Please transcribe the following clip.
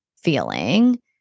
feeling